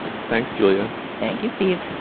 thanks, julia. thank you, steve.